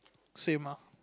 same ah